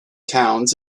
towns